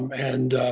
and